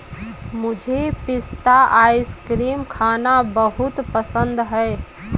मुझे पिस्ता आइसक्रीम खाना बहुत पसंद है